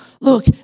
look